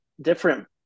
different